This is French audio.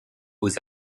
aux